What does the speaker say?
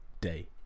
day